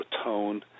atone